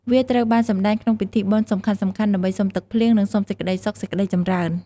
វាត្រូវបានសម្តែងក្នុងពិធីបុណ្យសំខាន់ៗ ដើម្បី សុំទឹកភ្លៀង និង សុំសេចក្តីសុខ សេចក្តីចម្រើន។